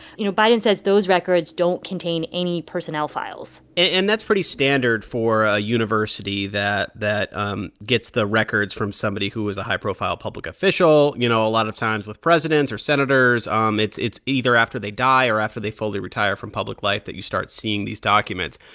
you know, biden says those records don't contain any personnel files and that's pretty standard for a university that that um gets the records from somebody who is a high-profile public official. you know, a lot of times with presidents or senators, um it's it's either after they die or after they fully retire from public life that you start seeing these documents.